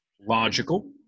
Logical